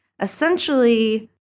essentially